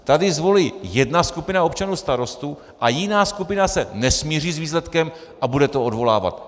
Tady zvolí jedna skupina občanů starostu a jiná skupina se nesmíří s výsledkem a bude to odvolávat.